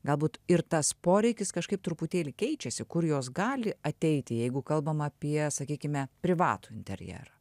galbūt ir tas poreikis kažkaip truputėlį keičiasi kur jos gali ateiti jeigu kalbam apie sakykim privatų interjerą